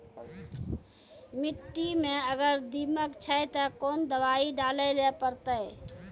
मिट्टी मे अगर दीमक छै ते कोंन दवाई डाले ले परतय?